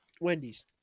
Wendy's